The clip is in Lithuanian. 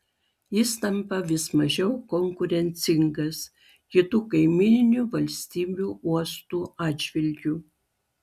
jis tampa vis mažiau konkurencingas kitų kaimyninių valstybių uostų atžvilgiu